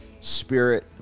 Spirit